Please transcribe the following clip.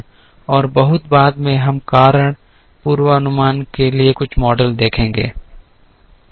और बहुत बाद में हम कारण पूर्वानुमान के लिए कुछ मॉडल देखेंगे